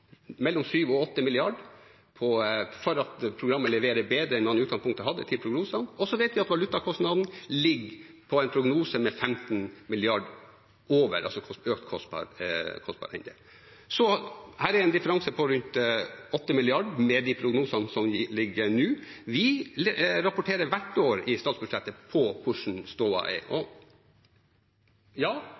mellom 7 og 8 mrd. kr fordi programmet leverer bedre enn utgangspunktet var i prognosene. Så vet vi at valutakostnaden ligger på en prognose på 15 mrd. kr over. Så her er det en differanse på rundt 8 mrd. kr med de prognosene som ligger nå. Vi rapporterer hvert år i statsbudsjettet på hvordan stoda er. Ja